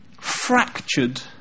fractured